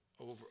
over